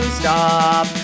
stop